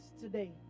today